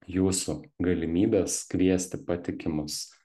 jūsų galimybės kviesti patikimus